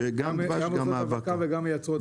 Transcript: שגם עושות האבקה וגם מייצרות דבש.